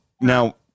Now